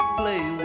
play